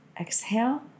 Exhale